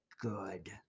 Good